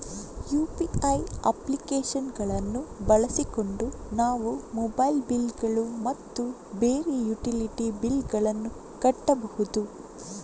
UPI application ಗಳನ್ನು ಬಳಸಿಕೊಂಡು ನಾವು ಮೊಬೈಲ್ ಬಿಲ್ ಗಳು ಮತ್ತು ಬೇರೆ ಯುಟಿಲಿಟಿ ಬಿಲ್ ಗಳನ್ನು ಕಟ್ಟಬಹುದು